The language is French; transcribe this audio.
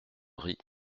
rit